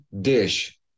dish